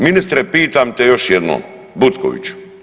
Ministre, pitam te još jednom, Butkoviću.